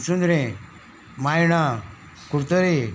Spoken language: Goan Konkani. पिसुंदरें मायणां कुडतरी